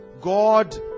God